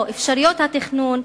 או אפשרויות התכנון,